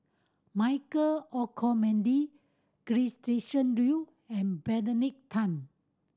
Michael Olcomendy Gretchen Liu and Benedict Tan